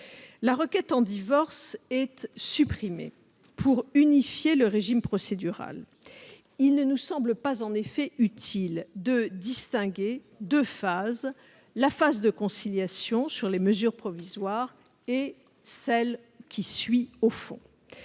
La requête en divorce est supprimée pour unifier le régime procédural. En effet, il ne nous semble pas utile de distinguer deux phases : la phase de conciliation sur les mesures provisoires et celle qui suit au fond.